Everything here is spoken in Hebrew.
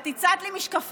את הצעת לי משקפים,